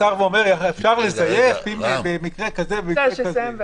אומר: אפשר לזייף במקרים כאלה וכאלה.